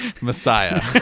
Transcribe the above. Messiah